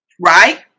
Right